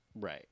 Right